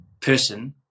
person